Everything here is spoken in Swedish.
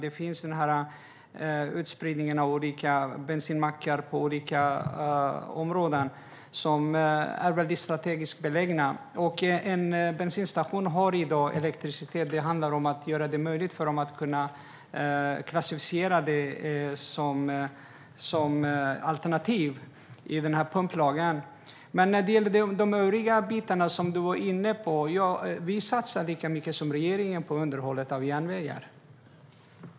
Det finns många bensinmackar som är strategiskt belägna. En bensinstation i dag har elektricitet; det handlar bara om att göra det möjligt att klassificera el som alternativbränsle enligt pumplagen. Sedan gäller det de övriga bitarna, som du var inne på, Karin. Vi satsar lika mycket som regeringen på underhållet av järnvägar.